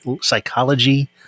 psychology